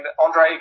Andre